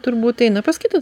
turbūt eina pas kitą